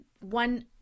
one